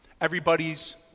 everybody's